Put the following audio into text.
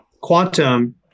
Quantum